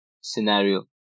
scenario